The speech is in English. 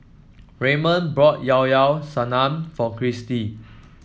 Raymond bought Llao Llao Sanum for Kristi